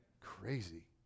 Crazy